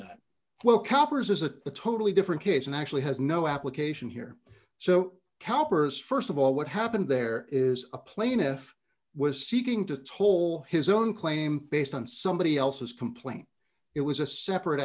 a totally different case and actually has no application here so cowper's st of all what happened there is a plaintiff was seeking to toll his own claim based on somebody else's complaint it was a separate